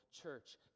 church